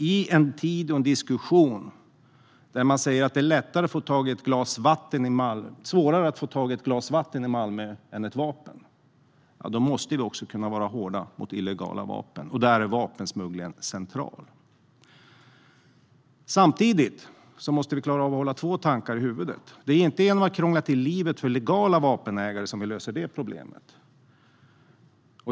I en tid och en diskussion där man säger att det är svårare att få tag på ett glas vatten än ett vapen i Malmö måste vi kunna vara hårda mot illegala vapen. Där är vapensmugglingen central. Samtidigt måste vi klara av att hålla två tankar i huvudet. Det är inte genom att krångla till livet för legala vapenägare som vi löser detta problem.